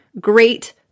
great